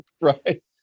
right